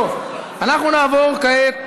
טוב, אנחנו נעבור כעת